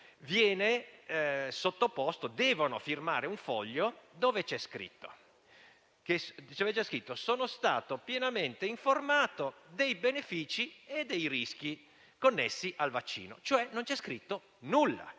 viene sottoposto e devono firmare un foglio dove c'è scritto che si è stati pienamente informati dei benefici e dei rischi connessi al vaccino. Non c'è scritto cioè nulla.